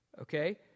Okay